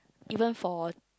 even for